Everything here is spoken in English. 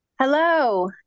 Hello